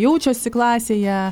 kaip jie jaučiasi klasėje